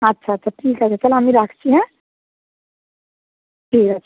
আচ্ছা আচ্ছা ঠিক আছে তাহলে আমি রাখছি হ্যাঁ ঠিক আছে